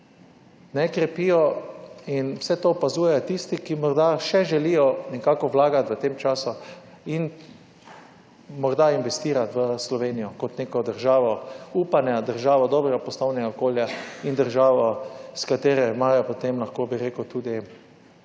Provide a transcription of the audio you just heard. Ne krepijo in vse to opazujejo tisti, ki morda še želijo nekako vlagati v tem času in morda investirati v Slovenijo kot neko državo upanja, državo dobrega poslovnega okolja in državo, s katero imajo potem lahko bi rekel, tudi